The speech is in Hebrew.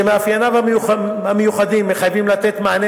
שמאפייניו המיוחדים מחייבים לתת מענה